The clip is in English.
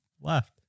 left